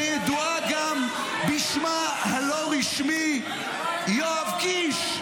שידוע גם בשמה הלא-רשמי: יואב קיש.